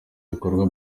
bikorwa